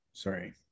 Sorry